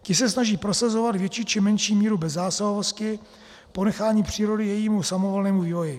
Ti se snaží prosazovat větší či menší míru bezzásahovosti, ponechání přírody jejímu samovolnému vývoji.